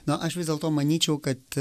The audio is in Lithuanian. na aš vis dėlto manyčiau kad